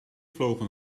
vlogen